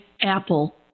Apple